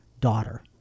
daughter